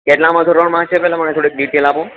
કેટલામાં ધોરણમાં છે પેલા મને થોડી ડીટેલ આપો